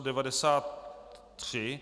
93.